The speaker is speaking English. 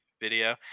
video